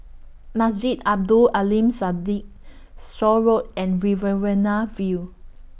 Masjid Abdul Aleem straw Road and Riverina View